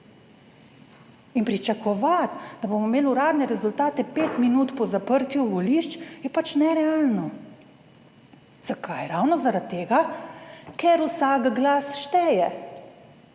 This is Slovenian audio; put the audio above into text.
Pričakovati, da bomo imeli uradne rezultate pet minut po zaprtju volišč je pač nerealno. Zakaj? Ravno zaradi tega, ker vsak glas šteje.